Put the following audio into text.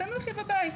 תנוחי בבית,